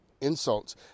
insults